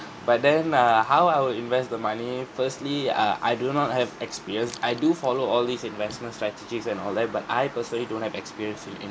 but then err how I would invest the money firstly uh I do not have experience I do follow all these investment strategies and all that but I personally don't have experience in